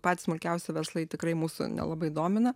patys smulkiausi verslai tikrai mūsų nelabai domina